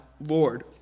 Lord